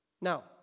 Now